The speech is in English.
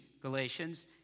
Galatians